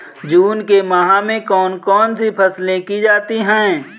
जून के माह में कौन कौन सी फसलें की जाती हैं?